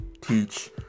teach